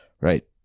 Right